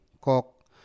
kok